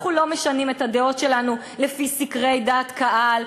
אנחנו לא משנים את הדעות שלנו לפי סקרי דעת קהל,